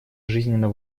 жизненно